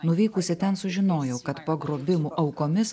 nuvykusi ten sužinojau kad pagrobimų aukomis